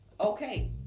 okay